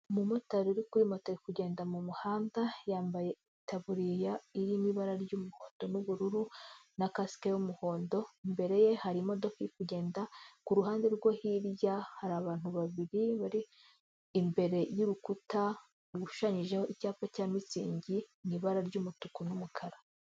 Umumotari uri kuri moto ari kugenda mu muhanda yambaye itaburiya irimo ibara ry'umuhondo nu'ubururu na kasike y'umuhondo, imbere ye hari imodoka iri kugenda ku ruhande rwe hirya hari abantu babiri bari imbere y'urukuta rushushanyijeho icyapa cya Mitsingi mu ibara ry'umutuku n'umukara.